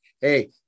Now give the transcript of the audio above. Hey